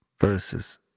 verses